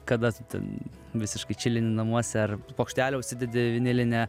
kada tu ten visiškai čilini namuose ar plokštelę užsidedi vinilinę